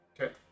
okay